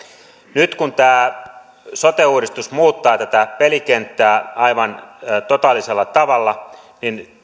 nyt kun sote uudistus muuttaa tätä pelikenttää aivan totaalisella tavalla